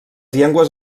llengües